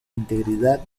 integridad